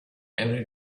every